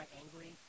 angry